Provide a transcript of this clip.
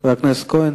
חבר הכנסת כהן.